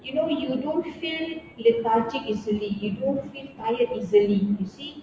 you know you don't feel lethargic easily you don't feel tired easily you see